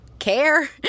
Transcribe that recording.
care